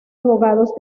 abogados